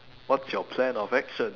what's your plan of action